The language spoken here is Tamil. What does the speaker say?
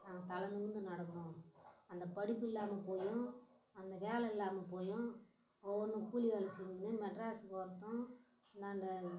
நாங்கள் தலை நிமிர்ந்து நடக்கணும் அந்த படிப்பு இல்லாமல் போயும் அந்த வேலை இல்லாமல் போயும் ஒவ்வொன்று கூலி வேலை செஞ்சுக்கின்னு மெட்ராஸ்க்கு ஓடுறதும் இந்தாண்ட